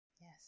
Yes